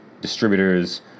distributors